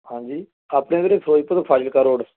ਹਾਂਜੀ ਆਪਣੇ ਵੀਰੇ ਫਿਰੋਜ਼ਪੁਰ ਫਾਜ਼ਿਲਕਾ ਰੋਡ